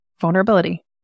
Vulnerability